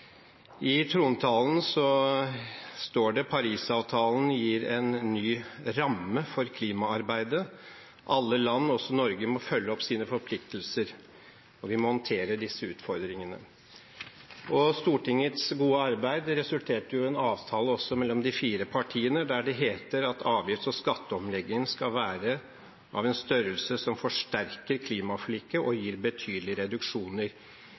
I trontalen står det: «Parisavtalen gir en ny ramme for klimaarbeidet. Alle land, også Norge, må følge opp sine forpliktelser. Vi må håndtere disse utfordringene.» Stortingets gode arbeid resulterte også i en avtale mellom de fire partiene. Der heter det: «Avgifts- og skatteomleggingen skal være av en størrelse som forsterker klimaforliket og gir betydelige reduksjoner